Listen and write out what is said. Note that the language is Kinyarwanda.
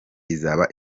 izaba